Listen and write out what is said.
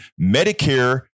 Medicare